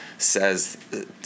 says